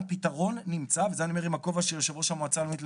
גיל זלצמן מנהל בית החולים גהה.